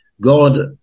God